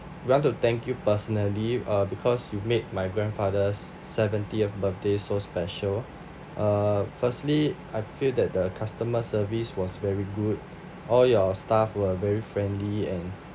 we want to thank you personally uh because you made my grandfather's seventieth birthday so special uh firstly I feel that the customer service was very good all your staff were very friendly and